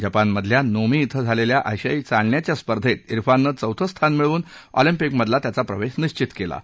जपानमधल्या नोमी इथं झालेल्या आशियाई चालण्याच्या स्पर्धेत इरफाननं चौथं स्थान मिळवून ऑलिम्पिकमधला त्याचा प्रवेश निश्चित केला आहे